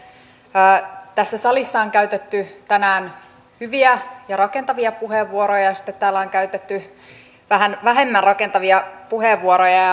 tässä salissa on käytetty tänään hyviä ja rakentavia puheenvuoroja ja sitten täällä on käytetty vähän vähemmän rakentavia puheenvuoroja